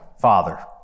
father